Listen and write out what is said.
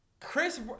Chris